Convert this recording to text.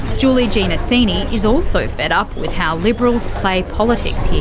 julie giannesini is also fed-up with how liberals play politics here.